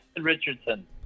Richardson